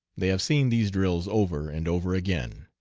they have seen these drills over and over again.